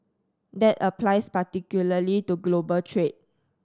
that applies particularly to global trade